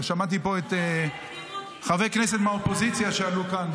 שמעתי פה חברי כנסת מהאופוזיציה שעלו לכאן,